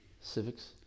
civics